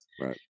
Right